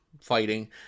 fighting